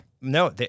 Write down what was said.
No